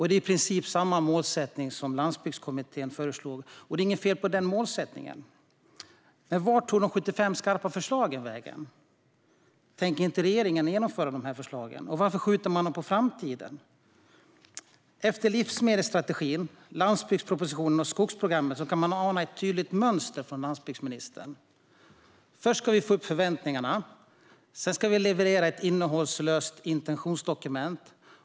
Det är i princip samma målsättning som Landsbygdskommittén föreslog, och det är inget fel på den. Men vart tog de 75 skarpa förslagen vägen? Tänker regeringen inte genomföra dem? Varför skjuter man dem på framtiden? Efter livsmedelsstrategin, landsbygdspropositionen och skogsprogrammet kan man ana ett tydligt mönster från landsbygdsministern. Först ska vi få upp förväntningarna. Sedan ska vi leverera ett innehållslöst intentionsdokument.